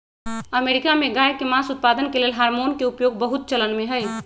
America में गायके मास उत्पादन के लेल हार्मोन के उपयोग बहुत चलनमें हइ